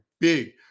big